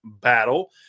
battle